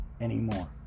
anymore